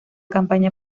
campaña